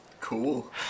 Cool